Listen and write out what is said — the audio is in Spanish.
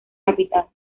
capital